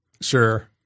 Sure